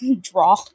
draw